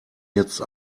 jetzt